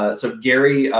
ah so gary,